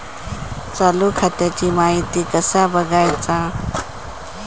चालू खात्याची माहिती कसा बगायचा?